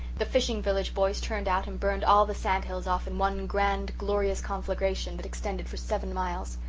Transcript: the fishing village boys turned out and burned all the sandhills off in one grand glorious conflagration that extended for seven miles.